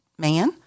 man